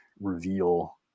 reveal